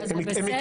אז זה בסדר?